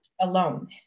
alone